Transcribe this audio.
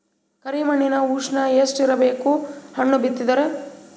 ಕರಿ ಮಣ್ಣಿನ ಉಷ್ಣ ಎಷ್ಟ ಇರಬೇಕು ಹಣ್ಣು ಬಿತ್ತಿದರ?